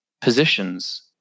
positions